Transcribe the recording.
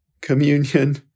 communion